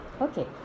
Okay